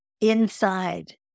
Inside